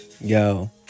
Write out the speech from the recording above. Yo